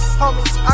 homies